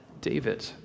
David